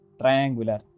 Triangular